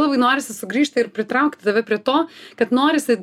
labai norisi sugrįžti ir pritraukti tave prie to kad norisi